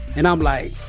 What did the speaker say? and i'm like,